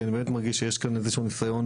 כי אני באמת מרגיש שיש כאן איזשהו ניסיון